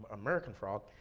american frog,